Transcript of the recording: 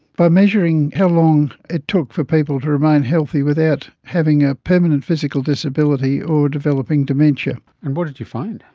by measuring how long it took for people to remain healthy without having a permanent physical disability or developing dementia. and what did you find?